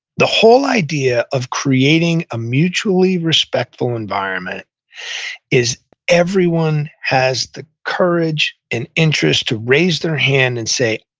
the whole idea of creating a mutually respectful environment is everyone has the courage and interest to raise their hand and say,